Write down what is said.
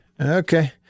Okay